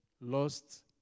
lost